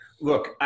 Look